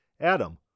Adam